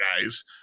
guys